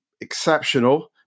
exceptional